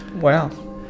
wow